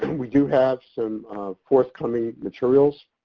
and we do have some forthcoming materials.